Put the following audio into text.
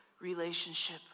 relationship